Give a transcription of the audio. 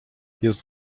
jest